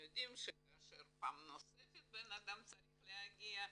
יודעים שכאשר אדם צריך להגיע פעם נוספת,